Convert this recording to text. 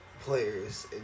players